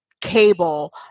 cable